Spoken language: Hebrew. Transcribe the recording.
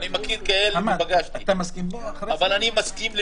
אני מכיר כאלה אבל אני מסכים למזג.